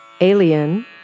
Alien